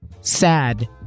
sad